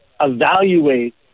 evaluate